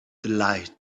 delight